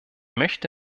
möchte